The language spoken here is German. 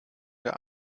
der